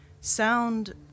Sound